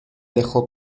dejó